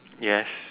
yes